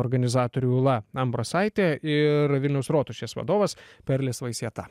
organizatorių ūla ambrasaitė ir vilniaus rotušės vadovas perlis vaisieta